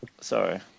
sorry